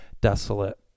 desolate